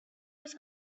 was